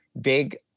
big